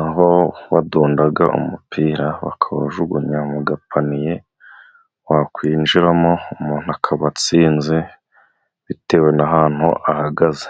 aho badunda umupira bakawujugunya mu gapaniye, wakwinjiramo umuntu akaba atsinze bitewe n'ahantu ahagaze.